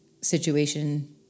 situation